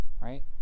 Right